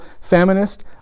feminist